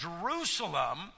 Jerusalem